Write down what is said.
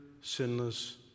sinless